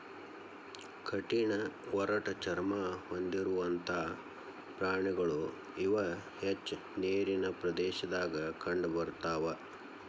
ಕಠಿಣ ಒರಟ ಚರ್ಮಾ ಹೊಂದಿರುವಂತಾ ಪ್ರಾಣಿಗಳು ಇವ ಹೆಚ್ಚ ನೇರಿನ ಪ್ರದೇಶದಾಗ ಕಂಡಬರತಾವ